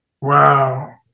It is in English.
Wow